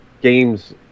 games